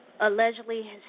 allegedly